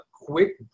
quick